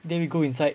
then we go inside